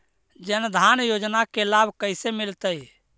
जन धान योजना के लाभ कैसे मिलतै?